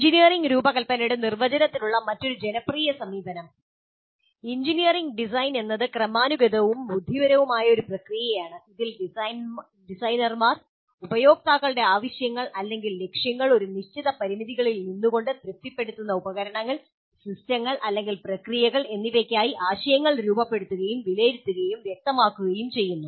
engineering രൂപകൽപ്പനയുടെ നിർവചനത്തിനുള്ള മറ്റൊരു ജനപ്രിയ സമീപനം എഞ്ചിനീയറിംഗ് ഡിസൈൻ എന്നത് ക്രമാനുഗതവും ബുദ്ധിപരവുമായ ഒരു പ്രക്രിയയാണ് അതിൽ ഡിസൈനർമാർ ഉപയോക്താക്കളുടെ ആവശ്യങ്ങൾ അല്ലെങ്കിൽ ലക്ഷ്യങ്ങൾ ഒരു നിശ്ചിത പരിമിതികളിൽ നിന്നു കൊണ്ട് തൃപ്തിപ്പെടുത്തുന്ന ഉപകരണങ്ങൾ സിസ്റ്റങ്ങൾ അല്ലെങ്കിൽ പ്രക്രിയകൾ എന്നിവയ്ക്കായി ആശയങ്ങൾ രൂപപ്പെടുത്തുകയും വിലയിരുത്തുകയും വ്യക്തമാക്കുകയും ചെയ്യുന്നു